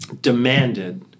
demanded